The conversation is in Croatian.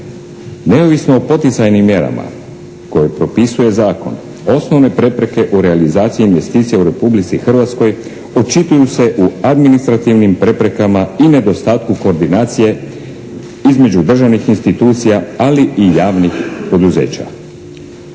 Neovisno o poticajnim mjerama koje propisuje zakon osnovne prepreke u realizaciji investicija u Republici Hrvatskoj očituju se u administrativnim preprekama i nedostatku koordinacije između državnih institucija, ali i javnih poduzeća.